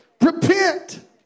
Repent